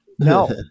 No